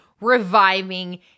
reviving